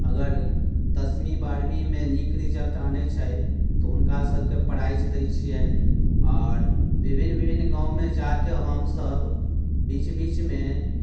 अगर दसवीं बारहवीं मे नीक रिजल्ट आनै छथि तऽ हुनका सबकेँ प्राइज दै छियनि आओर विभिन्न विभिन्न गाँवमे जाकेँ हमसब बीच बीचमे